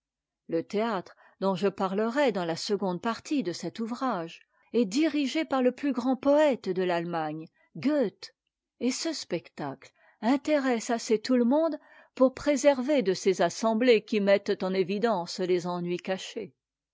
le théâtre dont je parlerai dans la seconde partie de cet ouvrage est dirigé par le plus grand poëte de l'allemagne goethe et ce spectacle intéresse assez tout le monde pour préserver de ces assemblées qui mettent en évidence les ennuis cachés